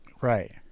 Right